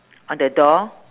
on the door